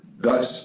Thus